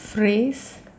phrase